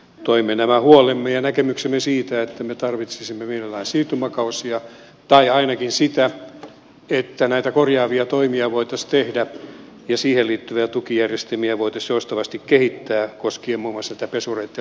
toimme nämä huolemme ja näkemyksemme siitä että me tarvitsisimme mielellään siirtymäkausia tai ainakin sitä että näitä korjaavia toimia voitaisiin tehdä ja siihen liittyviä tukijärjestelmiä voitaisiin joustavasti kehittää koskien muun muassa pesureitten laittamista